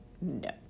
no